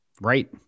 right